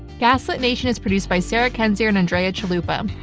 gaslit nation is produced by sarah kendzior and andrea chalupa.